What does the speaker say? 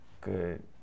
good